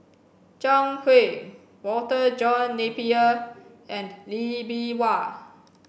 zhang Hui Walter John Napier and Lee Bee Wah